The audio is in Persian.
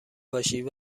باشید